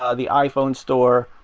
um the iphone store,